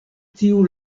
tiu